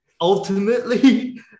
Ultimately